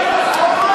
בושה, בושה.